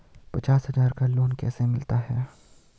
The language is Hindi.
पचास हज़ार का लोन कैसे मिलता है?